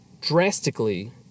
drastically